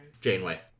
janeway